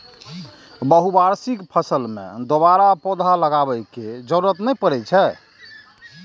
बहुवार्षिक फसल मे दोबारा पौधा लगाबै के जरूरत नै पड़ै छै